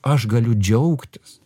aš galiu džiaugtis